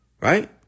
Right